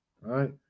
right